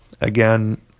again